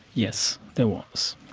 yes, there was.